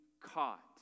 caught